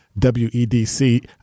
WEDC